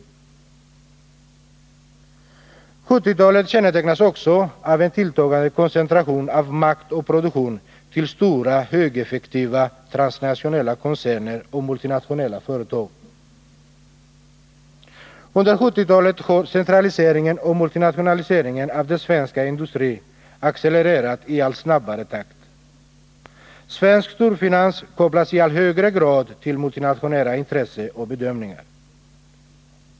1970-talet kännetecknas också av en tilltagande koncentration av makt och produktion till stora högeffektiva transnationella koncerner och multinationella företag. Under 1970-talet har centraliseringen och multinationaliseringen av den svenska industrin accelererat i allt snabbare takt. Svensk storfinans kopplas i allt högre grad till multinationella intressen och bedömningar.